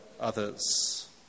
others